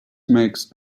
makes